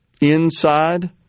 inside